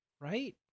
right